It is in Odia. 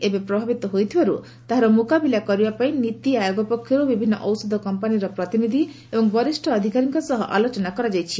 ଏହି ଆମଦାନୀ ଏବେ ପ୍ରଭାବିତ ହୋଇଥିବାରୁ ତାହାର ମୁକାବିଲା କରିବା ପାଇଁ ନୀତି ଆୟୋଗ ପକ୍ଷରୁ ବିଭିନ୍ନ ଔଷଧ କମ୍ପାନୀର ପ୍ରତିନିଧି ଏବଂ ବରିଷ୍ଣ ଅଧିକାରୀଙ୍କ ସହ ଆଲୋଚନା କରାଯାଇଛି